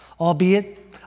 albeit